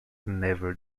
never